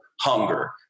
hunger